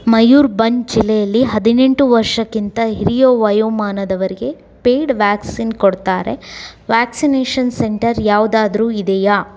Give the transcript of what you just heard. ಮಯೂರ್ಬಂಜ್ ಜಿಲ್ಲೆಯಲ್ಲಿ ಹದಿನೆಂಟು ವರ್ಷಕ್ಕಿಂತ ಹಿರಿಯ ವಯೋಮಾನದವರಿಗೆ ಪೇಯ್ಡ್ ವ್ಯಾಕ್ಸಿನ್ ಕೊಡ್ತಾರೆ ವ್ಯಾಕ್ಸಿನೇಷನ್ ಸೆಂಟರ್ ಯಾವುದಾದ್ರು ಇದೆಯೇ